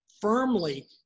firmly